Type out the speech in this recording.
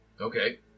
Okay